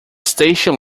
station